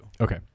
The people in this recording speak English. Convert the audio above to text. okay